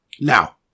Now